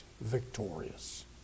victorious